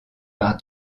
par